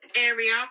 area